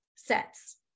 sets